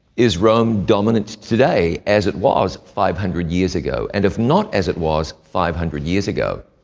is rome dominant today as it was five hundred years ago? and if not as it was five hundred years ago,